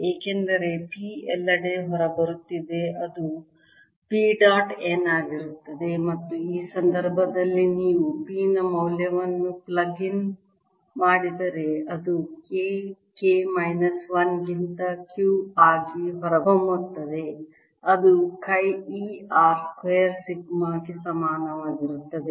ಏಕೆಂದರೆ p ಎಲ್ಲೆಡೆ ಹೊರಬರುತ್ತಿದೆ ಅದು p ಡಾಟ್ n ಆಗಿರುತ್ತದೆ ಮತ್ತು ಈ ಸಂದರ್ಭದಲ್ಲಿ ನೀವು p ನ ಮೌಲ್ಯವನ್ನು ಪ್ಲಗ್ ಇನ್ ಮಾಡಿದರೆ ಅದು K K ಮೈನಸ್ 1 ಗಿಂತ Q ಆಗಿ ಹೊರಹೊಮ್ಮುತ್ತದೆ ಇದು ಚಿ e R ಸ್ಕ್ವೇರ್ ಸಿಗ್ಮಾ ಗೆ ಸಮಾನವಾಗಿರುತ್ತದೆ